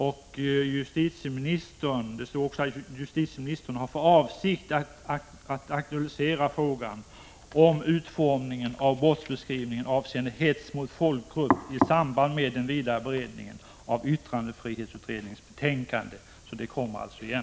Det står också i betänkandet att justitieministern har för avsikt att aktualisera frågan om utformningen av brottsbeskrivningen avseende hets mot folkgrupp i samband med den vidare beredningen av yttrandefrihetsutredningens betänkande. Den frågan kommer alltså igen.